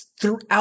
Throughout